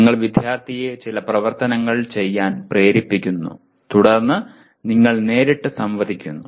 നിങ്ങൾ വിദ്യാർത്ഥിയെ ചില പ്രവർത്തനങ്ങൾ ചെയ്യാൻ പ്രേരിപ്പിക്കുന്നു തുടർന്ന് നിങ്ങൾ നേരിട്ട് സംവദിക്കുന്നു